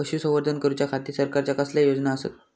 पशुसंवर्धन करूच्या खाती सरकारच्या कसल्या योजना आसत?